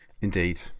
indeed